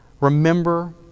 remember